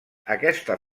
aquesta